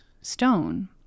stone